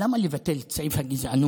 למה לבטל את סעיף הגזענות